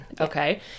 okay